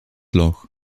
loch